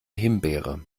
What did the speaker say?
himbeere